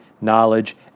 knowledge